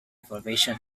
evaluation